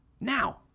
Now